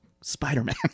Spider-Man